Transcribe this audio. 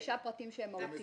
חמישה פרטים שהם מהותיים.